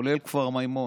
כולל כפר מימון.